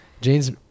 james